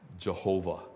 Jehovah